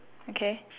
okay